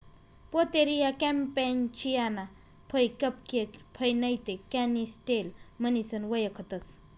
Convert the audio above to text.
Pouteria कॅम्पेचियाना फय cupcake फय नैते कॅनिस्टेल म्हणीसन वयखतंस